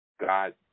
God